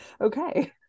okay